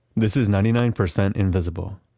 this is ninety nine percent invisible.